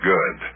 Good